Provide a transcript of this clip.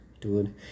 dude